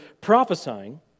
prophesying